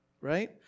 right